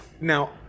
Now